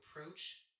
approach